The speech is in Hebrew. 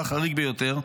אתה החריג ביותר.